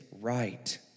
right